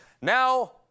Now